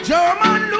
German